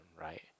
right